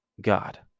God